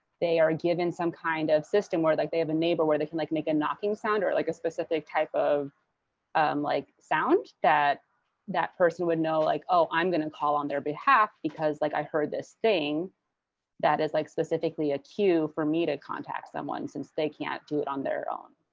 they are given some kind of system where like they have a neighbor where they can like make a knocking sound or like a specific type of um like sound that that person would know, like oh, i'm going to call on their behalf, because like i heard this thing that is like specifically a cue for me to contact someone since they can't do it on their own.